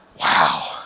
Wow